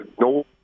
No